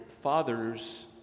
fathers